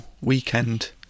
weekend